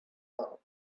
bulb